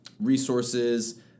resources